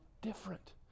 Different